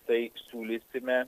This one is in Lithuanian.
tai siūlysime